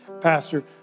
Pastor